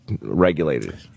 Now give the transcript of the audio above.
regulated